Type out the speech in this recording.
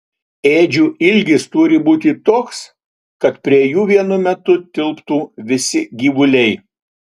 ėdžių ilgis turi būti toks kad prie jų vienu metu tilptų visi gyvuliai